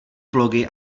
blogy